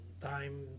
time